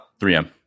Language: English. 3M